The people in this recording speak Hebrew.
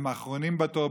הן האחרונות בתור.